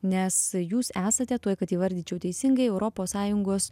nes jūs esate tuo kad įvardyčiau teisingai europos sąjungos